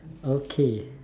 okay